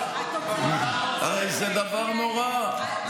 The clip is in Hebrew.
זה דבר נורא.